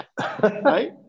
Right